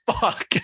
fuck